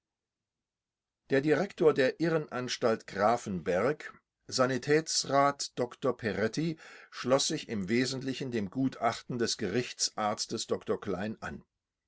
der direktor der irrenanstalt grafenberg sanitätsrat tätsrat dr perretti schloß sich im wesentlichen dem gutachten des gerichtsarztes dr klein an